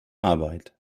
arbeit